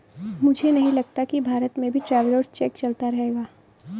मुझे नहीं लगता कि भारत में भी ट्रैवलर्स चेक चलता होगा